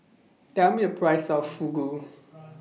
Tell Me The Price of Fugu